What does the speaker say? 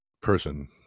person